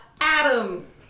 Adam